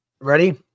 Ready